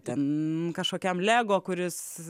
ten kažkokiam lego kuris